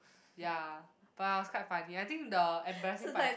ya but was quite funny I think the embarrassing part is the